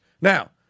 Now